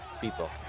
people